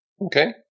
Okay